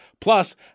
plus